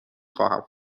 خواهم